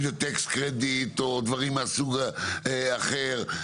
אם זה חילופי שטחים,